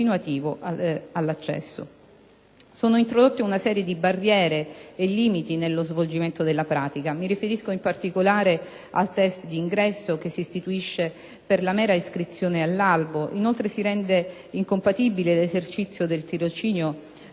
continuativo e all'accesso. Viene introdotta una serie di barriere e limiti nello svolgimento della pratica. Mi riferisco, in particolare, al test di ingresso che si istituisce per la mera iscrizione all'albo. Inoltre, si rende incompatibile l'esercizio del tirocinio